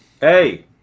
Hey